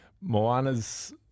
Moana's